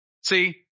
see